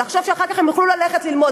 ולחשוב שאחר כך הם יוכלו ללכת ללמוד,